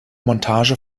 montage